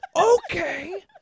Okay